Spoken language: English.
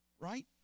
Right